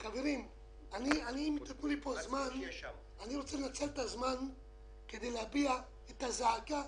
חברים, אני רוצה לנצל את הזמן כדי להביע את הזעקה